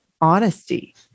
honesty